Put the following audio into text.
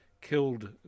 killed